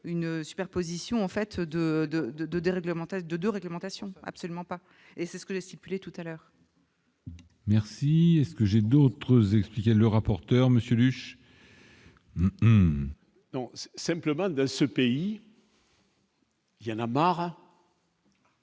une superposition en fait de, de, de, de déréglementation, de réglementation, absolument pas, et c'est ce que stipulé tout à l'heure. Merci, est ce que j'ai d'autres expliquait le rapporteur Monsieur russe. Non, simplement de ce pays. Il y en a marre